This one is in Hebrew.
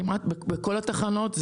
כמעט בכל התחנות.